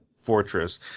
fortress